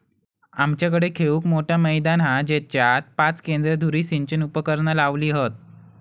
आमच्याकडे खेळूक मोठा मैदान हा जेच्यात पाच केंद्र धुरी सिंचन उपकरणा लावली हत